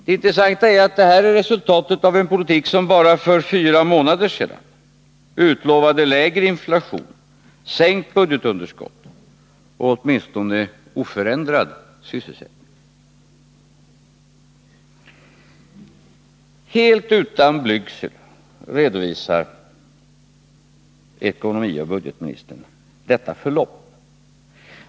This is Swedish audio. Det intressanta är att detta är resultatet av en politik som bara för fyra månader sedan utlovade lägre inflation, sänkt budgetunderskott och åtminstone oförändrad sysselsättning. Helt utan blygsel redovisar ekonomioch budgetministern detta förlopp.